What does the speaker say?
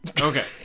Okay